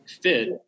fit